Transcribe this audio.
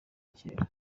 kera